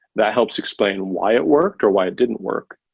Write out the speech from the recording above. that helps explain why it worked or why it didn't work.